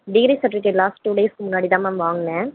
degree certificate last two டேஸ்க்கு முன்னாடி தான் மேம் வாங்னேன்